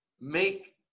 make